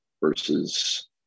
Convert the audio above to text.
versus